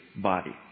body